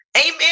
Amen